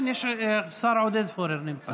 כן, השר עודד פורר נמצא.